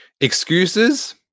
excuses